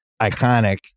iconic